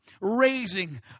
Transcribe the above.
raising